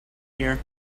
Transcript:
here